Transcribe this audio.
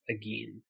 again